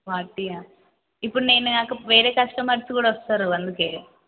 ఫార్టీయా ఇప్పుడు నేను కాక వేరే కస్టమర్స్ కూడా వస్తారు అందుకే